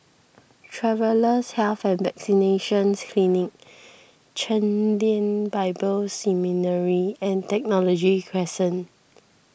Travellers' Health and Vaccination Clinic Chen Lien Bible Seminary and Technology Crescent